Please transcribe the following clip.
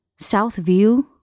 Southview